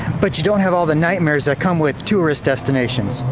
but you don't have all the nightmares that come with tourist destinations.